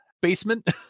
basement